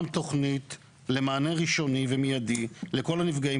גם תוכנית למענה ראשוני ומיידי לכל הנפגעים